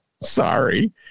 Sorry